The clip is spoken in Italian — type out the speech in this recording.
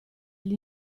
gli